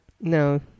No